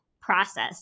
process